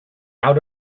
out